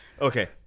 Okay